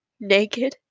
naked